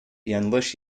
yanlış